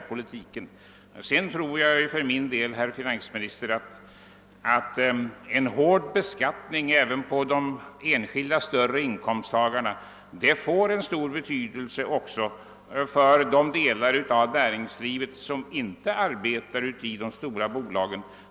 Vidare anser jag för min del, herr finansminister, att en hård beskattning även på de större inkomsttagarna får en stor betydelse också för de delar av näringslivet som inte omfattas av de stora bolagen.